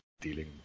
dealing